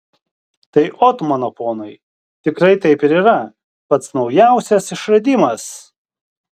tai ot mano ponai tikrai taip ir yra pats naujausias išradimas